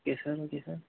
yes sir okay sir